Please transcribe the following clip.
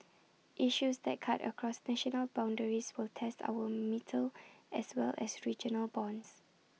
issues that cut across national boundaries will test our mettle as well as regional bonds